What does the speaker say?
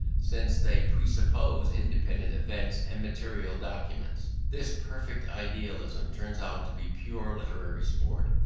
since they presuppose independent events and material documents. thus perfect idealism turns out to be pure literary sport,